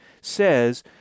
says